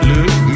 Look